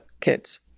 kids